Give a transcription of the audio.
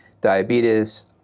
diabetes